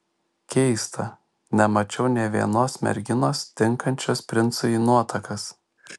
keista nemačiau nė vienos merginos tinkančios princui į nuotakas